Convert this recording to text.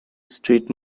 street